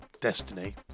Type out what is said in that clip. Destiny